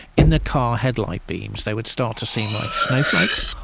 in the car headlight beams they would start to seem like snowflakes,